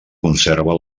conserva